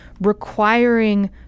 requiring